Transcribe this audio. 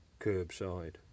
Curbside